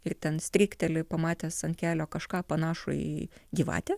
ir ten strykteli pamatęs ant kelio kažką panašų į gyvatę